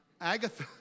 agatha